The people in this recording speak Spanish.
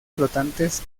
flotantes